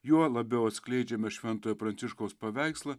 juo labiau atskleidžiame šventojo pranciškaus paveikslą